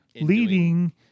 leading